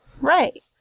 Right